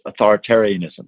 authoritarianism